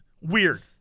weird